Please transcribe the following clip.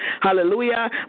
Hallelujah